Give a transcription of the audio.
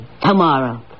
Tomorrow